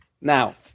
Now